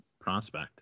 prospect